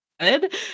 good